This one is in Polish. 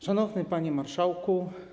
Szanowny Panie Marszałku!